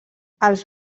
els